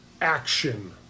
action